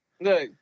Look